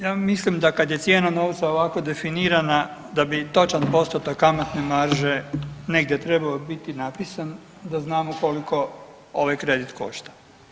Ja mislim kad je cijena novca ovako definirana da bi točan postotak kamatne marže negdje trebao biti napisan da znamo koliko ovaj kredit košta.